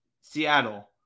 Seattle